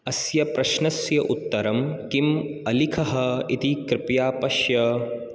अस्य प्रश्नस्य उत्तरं किम् अलिखः इति कृपया पश्य